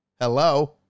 Hello